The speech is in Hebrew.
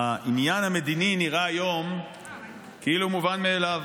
העניין המדיני נראה היום כאילו הוא מובן מאליו.